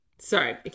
Sorry